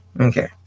Okay